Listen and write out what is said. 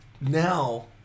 now